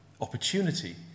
opportunity